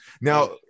Now